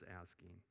asking